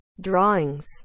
drawings